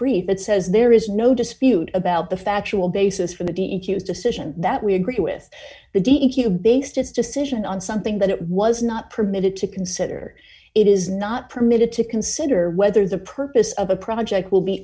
brief that says there is no dispute about the factual basis for the issues decision that we agree with the detail of based its decision on something that it was not permitted to consider it is not permitted to consider whether the purpose of a project will be